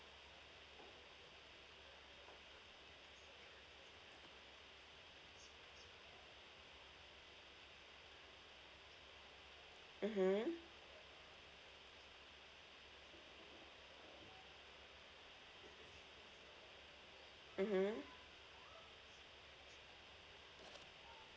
mmhmm mmhmm